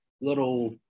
little –